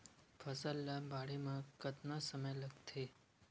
फसल ला बाढ़े मा कतना समय लगथे?